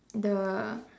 the